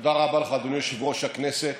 תודה רבה לך, אדוני יושב-ראש הכנסת.